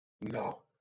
No